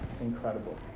incredible